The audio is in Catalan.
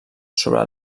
sobre